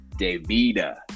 Davida